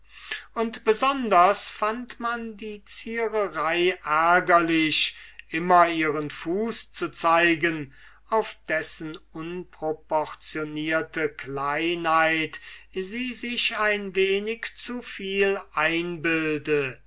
und besonders fand man die ziererei ärgerlich immer ihren fuß zu zeigen auf dessen unproportionierte kleinheit sie sich ein wenig zu viel einbilde